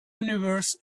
universe